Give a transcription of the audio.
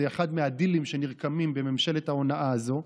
זה אחד מהדילים שנרקמים בממשלת ההונאה הזו,